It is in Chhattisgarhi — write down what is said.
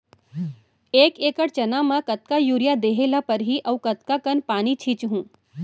एक एकड़ चना म कतका यूरिया देहे ल परहि अऊ कतका कन पानी छींचहुं?